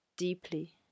deeply